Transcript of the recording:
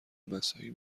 مساعی